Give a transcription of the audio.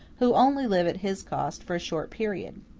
who only live at his cost for a short period.